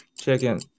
Chicken